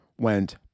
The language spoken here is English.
went